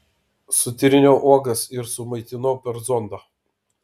sutryniau uogas ir sumaitinau per zondą